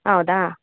ಹೌದಾ